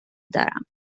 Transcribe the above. دارم